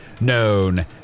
known